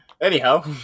Anyhow